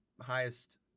highest